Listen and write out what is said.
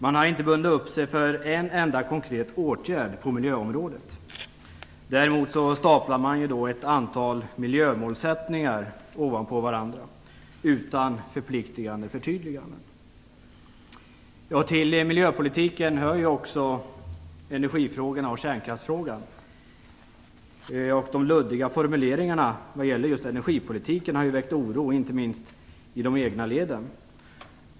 Man har inte bundit upp sig för en enda konkret åtgärd på miljöområdet. Däremot staplar man ett antal miljömålsättningar ovanpå varandra utan förpliktigande förtydliganden. Till miljöpolitiken hör också energifrågorna och kärnkraftsfrågan. De luddiga formuleringarna när det gäller just energipolitiken har väckt oro inte minst i de egna leden.